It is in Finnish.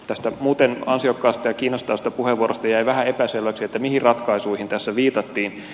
tästä muuten ansiokkaasta ja kiinnostavasta puheenvuorosta jäi vähän epäselväksi mihin ratkaisuihin tässä viitattiin